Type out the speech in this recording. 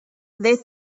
they